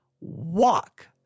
walk